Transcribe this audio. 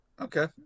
okay